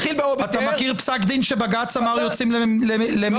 אתה מכיר פסק דין שבג"ץ אמר שיוצאים למלחמה?